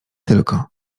tylko